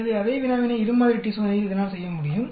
எனவே அதே வினாவினை இரு மாதிரி t சோதனையில் இதனால் செய்ய முடியும்